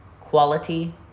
Quality